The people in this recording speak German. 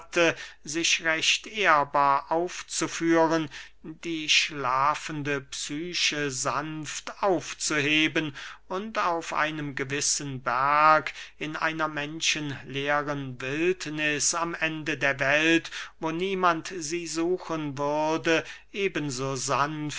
sich recht ehrbar aufzuführen die schlafende psyche sanft aufzuheben und auf einem gewissen berg in einer menschenleeren wildniß am ende der welt wo niemand sie suchen würde eben so sanft